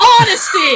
Honesty